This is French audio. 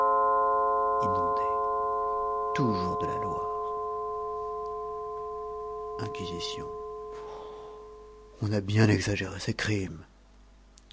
inondés toujours de la loire inquisition on a bien exagéré ses crimes